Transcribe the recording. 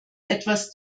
etwas